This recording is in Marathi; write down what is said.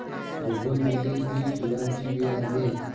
बोगनविले ही फुलांची वेल आहे